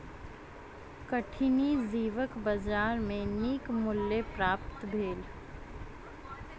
कठिनी जीवक बजार में नीक मूल्य प्राप्त भेल